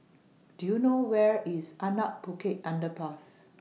Do YOU know Where IS Anak Bukit Underpass